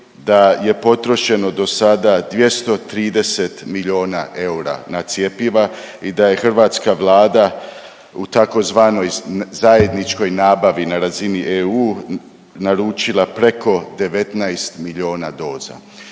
da je potrošeno dosada 230 milijuna eura na cjepiva i da je hrvatska Vlada u tzv. zajedničkoj nabavi na razini EU naručila preko 19 milijuna doza,